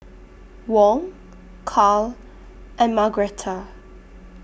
Wong Carl and Margretta